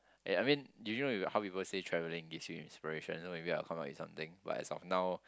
eh I mean you know you how people say travelling gives you inspiration so maybe I will come out with something like as of now